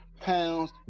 pounds